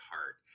heart